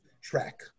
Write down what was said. track